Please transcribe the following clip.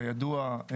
כידוע,